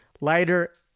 lighter